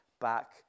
back